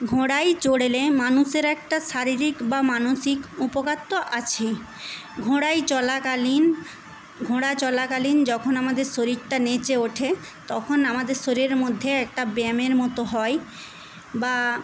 ঘোড়ায় চড়লে মানুষের একটা শারীরিক বা মানসিক উপকার তো আছেই ঘোড়ায় চলাকালীন ঘোড়া চলাকালীন যখন আমাদের শরীরটা নেচে ওঠে তখন আমাদের শরীরের মধ্যে একটা ব্যায়ামের মতো হয় বা